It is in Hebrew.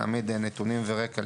להעמיד נתונים ורקע,